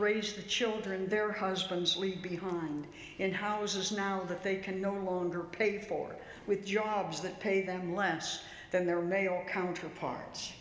raise the children their husbands leave behind in houses now that they can no longer pay for with jobs that pay them less than their male counterparts